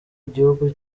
igihugu